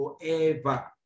forever